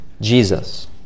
Jesus